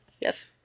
Yes